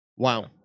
Wow